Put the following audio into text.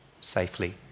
safely